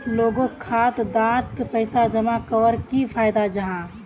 लोगोक खाता डात पैसा जमा कवर की फायदा जाहा?